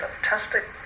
fantastic